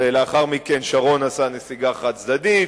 ולאחר מכן שרון עשה נסיגה חד-צדדית,